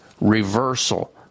reversal